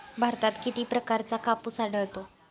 भारतात किती प्रकारचा कापूस आढळतो?